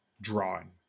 drawing